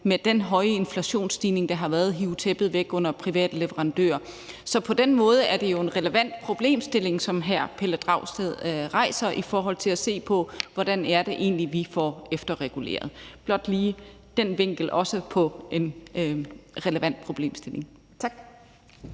med den høje inflationsstigning, der har været, kan risikere at hive tæppet væk under private leverandører. Så på den måde er det jo en relevant problemstilling, som hr. Pelle Dragsted her rejser, i forhold til at se på, hvordan vi egentlig får efterreguleret. Det var også blot lige for at få den vinkel på en relevant problemstilling. Kl.